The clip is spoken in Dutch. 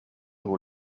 hoe